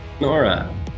Nora